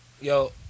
Yo